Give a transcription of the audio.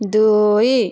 ଦୁଇ